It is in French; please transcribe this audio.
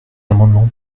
amendement